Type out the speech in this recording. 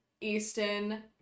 Easton